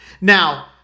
Now